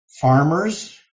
farmers